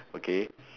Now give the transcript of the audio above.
okay